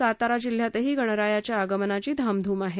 सातारा जिल्ह्यात गणरायाच्या आगमनाची धामधूम आहे